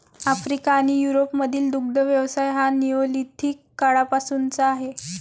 Africa आणि युरोपमधील दुग्ध व्यवसाय हा निओलिथिक काळापासूनचा आहे